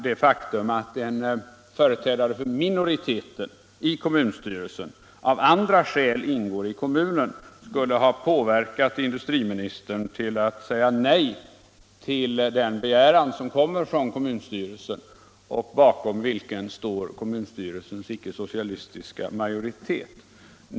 Det faktum att en företrädare för en minoritet i kommunstyrelsen av andra skäl ingår i kommissionen tänkte jag mig inte skulle ha påverkat industriministern till att säga nej till kommunstyrelsens begäran, bakom vilken styrelsens icke-socialistiska majoritet står.